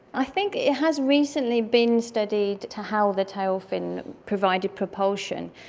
i think it has recently been studied to how the tailfin provided propulsion,